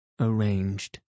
arranged